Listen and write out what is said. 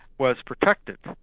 was protected,